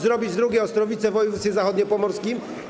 Zrobić drugie Ostrowice w województwie zachodniopomorskim?